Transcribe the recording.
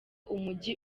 umujyi